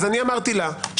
אני אמרתי לה,